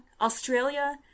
australia